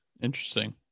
interesting